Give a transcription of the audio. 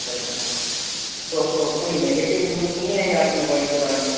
अच्छा अच्छा तो कोई नेगेटिव न्यूज़ तो नहीं आई आपके मोबाइल के बारे में